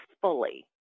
fully